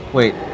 Wait